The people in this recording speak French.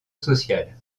sociale